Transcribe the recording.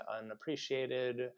unappreciated